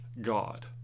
God